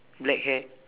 black hair